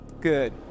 Good